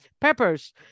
peppers